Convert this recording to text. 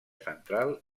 central